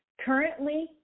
Currently